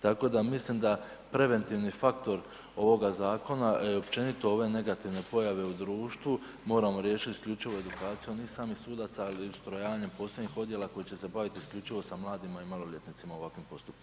Tako da mislim da preventivni faktor ovoga zakona i općenito ove negativne pojave u društvu moramo riješiti isključivo edukacijom i samim sudaca, ali i ustrojavanjem posebnih odjela koji će se baviti isključivo sa mladima i maloljetnicima u ovakvim postupcima.